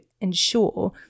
ensure